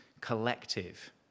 collective